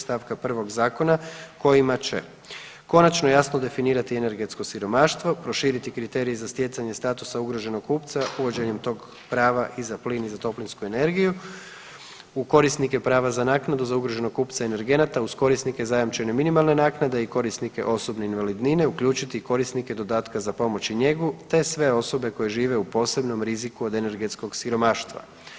St. 1. Zakona kojima će: konačno i jasno definirati energetsko siromaštvo, proširiti kriterije za stjecanje statusa ugroženog kupca uvođenjem tog prava i za plin i za toplinsku energije, u korisnike prava za naknadu za ugroženog kupca energenata uz korisnike zajamčene minimalne naknade i korisnike osobe invalidnine, uključiti korisnike dodatka za pomoć i njegu te sve osobe koje žive u posebnom riziku od energetskog siromaštva.